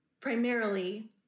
primarily